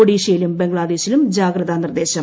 ഒഡീഷയിലും ബംഗ്ലാദേശിലും ജാഗ്രതാ നിർദ്ദേശം